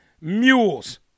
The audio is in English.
mules